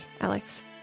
Alex